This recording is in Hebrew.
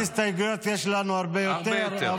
מבחינת הסתייגויות יש לנו הרבה יותר.